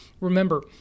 Remember